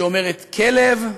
שאומרת "כלב",